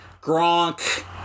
Gronk